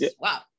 wow